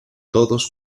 todos